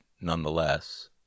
nonetheless